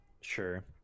Sure